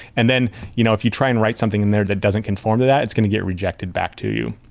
and then you know if you try and write something in there that doesn't conform to that, it's going to get rejected back to you.